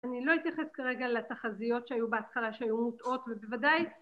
אני לא אתייחס כרגע לתחזיות שהיו בהתחלה שהיו מוטעות ובוודאי